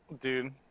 Dude